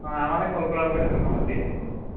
অঁ আমালৈ ক'ল কৰাৰ বাবে ধন্যবাদ দেই আপোনালোকলৈ